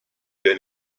der